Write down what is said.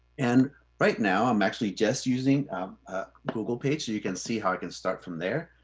and right now, i'm actually just using google page so you can see how i can start from there.